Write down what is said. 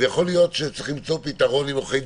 אז יכול להיות שצריך למצוא פתרון עם עורכי